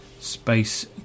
space